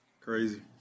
crazy